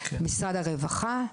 משרד הרווחה,